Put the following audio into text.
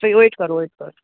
ଫିର୍ ୱେଟ୍ କର ୱେଟ୍ କର